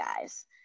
guys